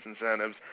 incentives